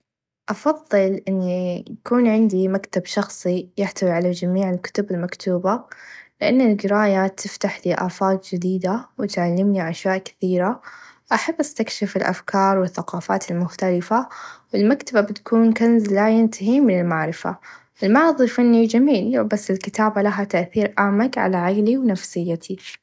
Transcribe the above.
أفظل إن يكون عندي مكتب شخصي يحتوي على چميع الكتي المكتوبه لإن القرايه تفتحلي آفاق چديده و تعلمني أشياء كثيره أحب أستكشف الأفكار و الثقافات المختلفه المكتبه بتكون كنز لا ينتهي من المعرفه المعرظ الفني چميل بس الكتابه لها تأثير أعمق على عايلتي و نفسيتي.